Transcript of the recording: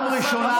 חבר הכנסת לוין,